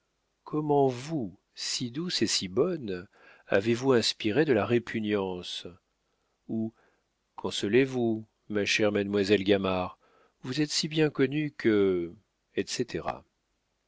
comment vous si douce et si bonne avez-vous inspiré de la répugnance ou consolez-vous ma chère mademoiselle gamard vous êtes si bien connue que etc